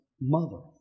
mother